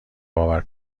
باور